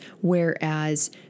whereas